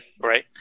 right